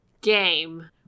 game